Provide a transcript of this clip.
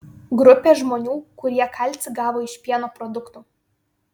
grupė žmonių kurie kalcį gavo iš pieno produktų